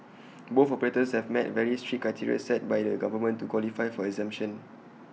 both operators have met very strict criteria set by the government to qualify for exemption